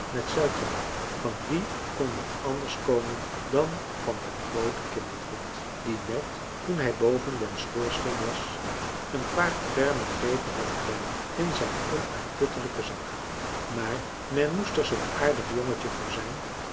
met suikerboonen van wien kon dat anders komen dan van françois haverschmidt familie en kennissen den grooten kindervriend die net toen hij boven den schoorsteen was een paar ferme grepen had gedaan in zijn onuitputtelijken zak maar men moest er zoo'n aardig jongetje voor zijn